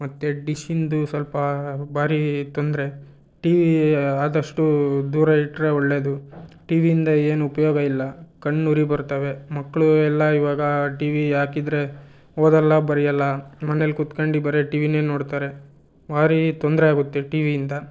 ಮತ್ತು ಡಿಶ್ಶಿಂದು ಸ್ವಲ್ಪ ಭಾರಿ ತೊಂದರೆ ಟಿ ವಿ ಆದಷ್ಟು ದೂರ ಇಟ್ಟರೆ ಒಳ್ಳೇದು ಟಿ ವಿಯಿಂದ ಏನು ಉಪಯೋಗ ಇಲ್ಲ ಕಣ್ಣು ಉರಿ ಬರ್ತವೆ ಮಕ್ಕಳು ಎಲ್ಲ ಇವಾಗ ಟಿ ವಿ ಹಾಕಿದ್ರೆ ಓದಲ್ಲ ಬರೆಯಲ್ಲ ಮನೇಲಿ ಕುತ್ಕಂಡು ಬರೇ ಟಿ ವಿನೇ ನೋಡ್ತಾರೆ ಭಾರಿ ತೊಂದರೆ ಆಗುತ್ತೆ ಟಿ ವಿಯಿಂದ